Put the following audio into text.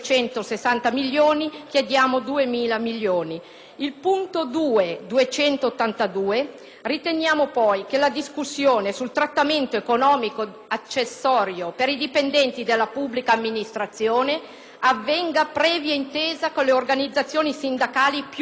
2.282 chiediamo che la discussione sul trattamento economico accessorio per i dipendenti della pubblica amministrazione avvenga previa intesa con le organizzazioni sindacali più rappresentative a livello nazionale, perché